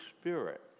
Spirit